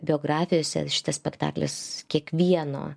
biografijose šitas spektaklis kiekvieno